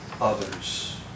others